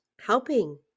helping